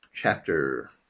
Chapter